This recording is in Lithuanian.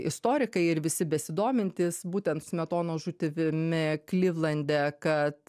istorikai ir visi besidomintys būtent smetonos žūtimi klivlande kad